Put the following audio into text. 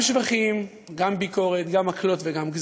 גם שבחים, גם ביקורת, גם מקלות וגם גזרים.